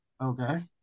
Okay